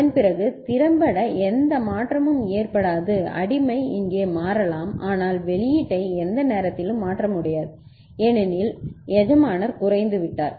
அதன்பிறகு திறம்பட எந்த மாற்றமும் ஏற்படாது அடிமை இங்கே மாறலாம் ஆனால் வெளியீட்டை எந்த நேரத்திலும் மாற்ற முடியாது ஏனெனில் மாஸ்டர் குறைந்துவிட்டார்